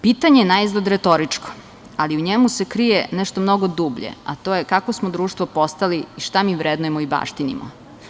Pitanje je naizgled retoričko, ali u njemu se krije nešto mnogo dublje, a to je kakvo smo društvo postali i šta mi vrednujemo i baštinimo?